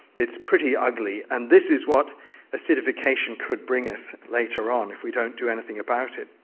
it's pretty ugly. and this is what acidification could bring us later on if we don't do anything about it.